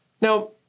Now